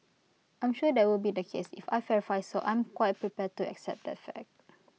I'm sure that will be the case if I verify so I'm quite prepared to accept that fact